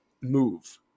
move